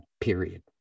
period